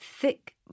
thick